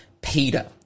Peter